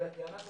אלא כי אנחנו,